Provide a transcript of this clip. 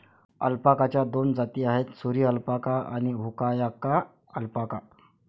अल्पाकाच्या दोन जाती आहेत, सुरी अल्पाका आणि हुआकाया अल्पाका